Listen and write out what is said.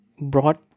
brought